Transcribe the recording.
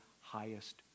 highest